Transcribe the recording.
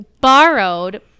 borrowed